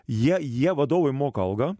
jie vadovai moka algą